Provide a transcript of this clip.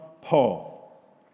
Paul